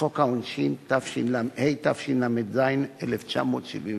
לחוק העונשין, התשל"ז 1977: